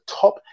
top